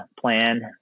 plan